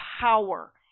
power